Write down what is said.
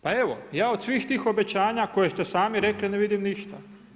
Pa evo ja od svih tih obećanja koje ste sami rekli ne vidim ništa.